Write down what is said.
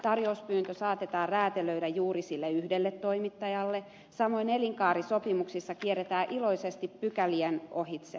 tarjouspyyntö saatetaan räätälöidä juuri sille yhdelle toimittajalle samoin elinkaarisopimuksissa kierretään iloisesti pykälien ohitse